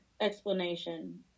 explanation